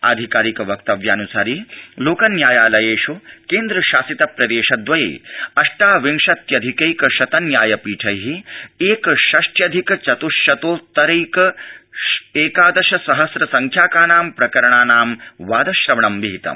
आधिकारिक वक्तव्यानुसारि लोक न्यायालयेष् केन्द्रशासितप्रप्रेशदवये अष्टविंशत्यधिकैकशत न्यायपीठै एकषष्ट्यधिक चतृश्शतोत्तरैका श सहस्र संख्याकानां प्रकरणानां वा श्रवणं विहितम्